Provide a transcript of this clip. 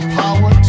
power